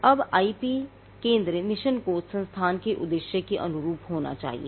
अब आईपी केंद्र मिशन को संस्थान के उद्देश्य के अनुरूप होना चाहिए